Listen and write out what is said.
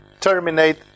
terminate